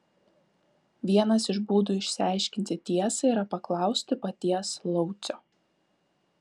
vienas iš būdų išsiaiškinti tiesą yra paklausti paties laucio